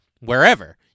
wherever